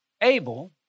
Abel